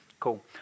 Cool